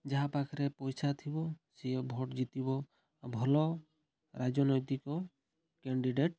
ଯାହା ପାଖରେ ପଇସା ଥିବ ସିଏ ଭୋଟ୍ ଜିତିବ ଭଲ ରାଜନୈତିକ କେଣ୍ଡିଡ଼େଟ୍